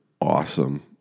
awesome